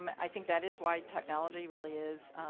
i think that is why technology really is